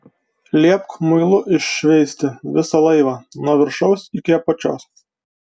liepk muilu iššveisti visą laivą nuo viršaus iki apačios